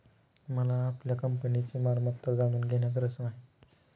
मला आपल्या कंपनीची मालमत्ता जाणून घेण्यात रस नाही